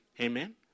Amen